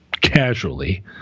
casually